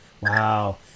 Wow